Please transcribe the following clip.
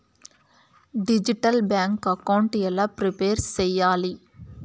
Digital bank account ఎలా prepare సెయ్యాలి?